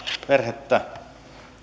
perhettä